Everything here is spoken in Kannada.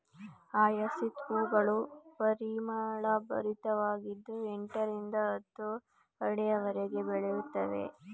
ಹಯಸಿಂತ್ ಹೂಗಳು ಪರಿಮಳಭರಿತವಾಗಿದ್ದು ಎಂಟರಿಂದ ಹತ್ತು ಅಡಿಯವರೆಗೆ ಬೆಳೆಯುತ್ತವೆ